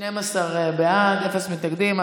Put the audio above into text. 12 בעד, אין מתנגדים.